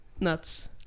nuts